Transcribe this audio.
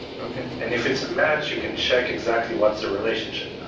okay. and if it's a match, you can check exactly what's the relationship.